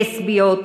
לסביות,